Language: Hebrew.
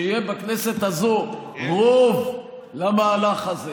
שיהיה בכנסת הזו רוב למהלך הזה.